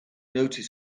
noted